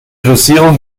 dosierung